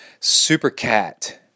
Supercat